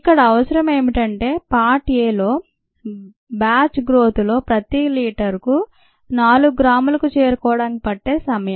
ఇక్కడ అవసరం ఏమిటంటే పార్ట్ ఎ లో బ్యాచ్ గ్రోత్ లో ప్రతి లీటరుకు 4 గ్రాములకు చేరుకోవడానికి పట్టే సమయం